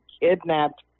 kidnapped